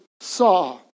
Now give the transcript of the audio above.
saw